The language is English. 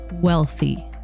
wealthy